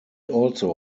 also